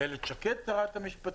איילת שקד הייתה שרת המשפטים.